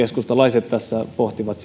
keskustalaiset pohtivat